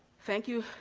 thank you,